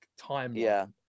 timeline